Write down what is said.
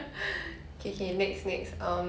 hmm